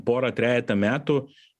porą trejetą metų